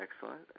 Excellent